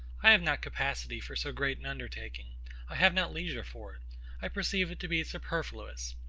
i have not capacity for so great an undertaking i have not leisure for it i perceive it to be superfluous.